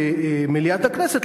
במליאת הכנסת.